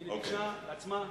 היא ביקשה בעצמה.